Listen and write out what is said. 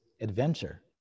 adventure